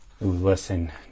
listen